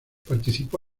participó